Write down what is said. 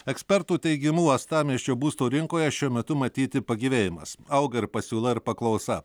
ekspertų teigimu uostamiesčio būsto rinkoje šiuo metu matyti pagyvėjimas auga ir pasiūla ir paklausa